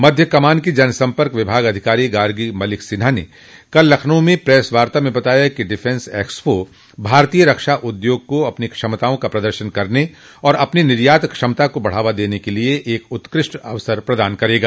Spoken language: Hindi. मध्य कमान की जन सम्पक विभाग अधिकारी गार्गी मलिक सिन्हा ने कल लखनऊ में एक प्रेसवार्ता में बताया कि डिफेंस एक्सपो भारतीय रक्षा उद्योग को अपनी क्षमताओं का प्रदर्शन करने और अपनी निर्यात क्षमता को बढ़ावा देने के लिये एक उत्कृष्ट अवसर प्रदान करेगा